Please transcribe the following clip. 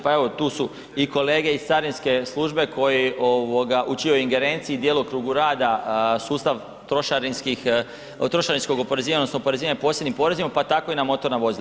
Pa evo tu su i kolege iz Carinske službe u čijoj je ingerenciji i djelokrugu rada sustava trošarinskog oporezivanja odnosno oporezivanja posebnim porezima pa tako i na motorna vozila.